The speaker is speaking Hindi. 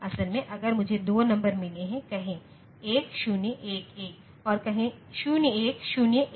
असल में अगर मुझे 2 नंबर मिले हैं कहें 1 0 1 1 और कहें 0 1 0 1